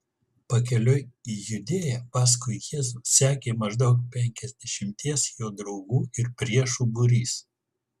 pakeliui į judėją paskui jėzų sekė maždaug penkiasdešimties jo draugų ir priešų būrys